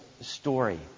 story